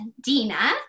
Dina